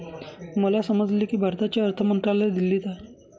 मला समजले की भारताचे अर्थ मंत्रालय दिल्लीत आहे